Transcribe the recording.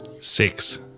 Six